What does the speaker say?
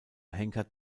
henker